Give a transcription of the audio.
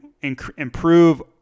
improve